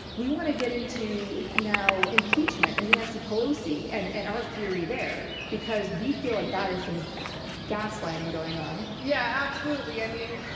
we want to get into now impeachment and nancy pelosi and and our fury there, because we feel like that is some gaslighting going on. yeah, absolutely. i mean,